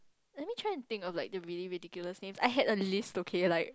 try and think of like the really ridiculous names I had a list okay like